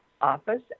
office